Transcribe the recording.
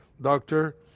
doctor